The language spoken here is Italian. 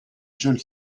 john